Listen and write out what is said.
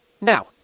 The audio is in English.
Now